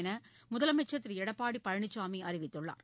என்றுமுதலமைச்சர் திருஎடப்பாடிபழனிசாமிஅறிவித்துள்ளார்